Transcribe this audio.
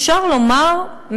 אפשר לומר,